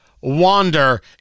wander